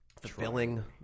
Fulfilling